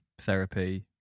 therapy